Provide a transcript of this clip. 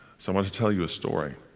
so want to tell you a story.